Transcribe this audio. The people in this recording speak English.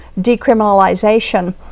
decriminalization